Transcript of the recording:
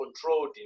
controlled